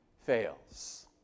fails